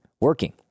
working